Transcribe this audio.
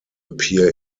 appear